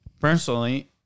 personally